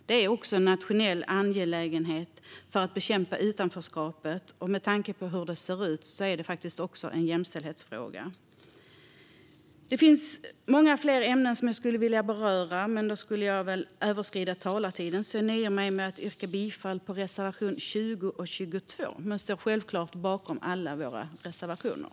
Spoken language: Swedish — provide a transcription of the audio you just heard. Det är också en nationell angelägenhet att bekämpa utanförskapet, och med tanke på hur det ser ut är detta faktiskt även en jämställdhetsfråga. Det finns många fler ämnen som jag skulle vilja beröra, men då skulle jag väl överskrida min talartid. Jag nöjer mig därför med att yrka bifall till reservationerna 20 och 22, men jag står självklart bakom alla våra reservationer.